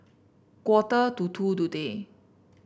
quarter to two today